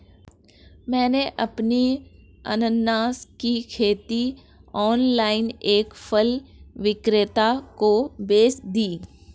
मैंने अपनी अनन्नास की खेती ऑनलाइन एक फल विक्रेता को बेच दी